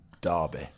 derby